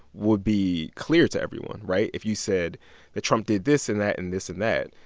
would be clear to everyone, right? if you said that trump did this and that and this and that,